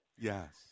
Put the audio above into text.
Yes